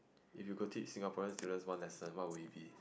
if you could teach Singaporean students on lesson what would it be